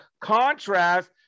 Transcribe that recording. contrast